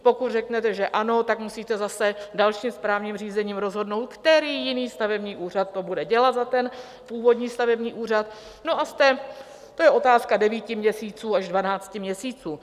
Pokud řeknete, že ano, musíte zase dalším správním řízením rozhodnout, který jiný stavební úřad to bude dělat za ten původní stavební úřad, a to je otázka devíti měsíců až dvanácti měsíců.